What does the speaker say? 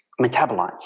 metabolites